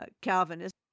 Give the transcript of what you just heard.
Calvinist